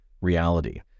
reality